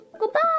Goodbye